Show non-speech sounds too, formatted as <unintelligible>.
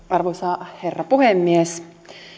<unintelligible> arvoisa herra puhemies